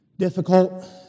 Difficult